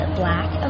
black